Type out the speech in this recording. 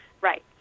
right